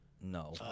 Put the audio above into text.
No